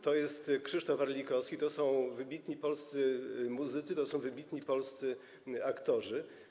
To jest Krzysztof Warlikowski, to są wybitni polscy muzycy, to są wybitni polscy aktorzy.